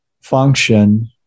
function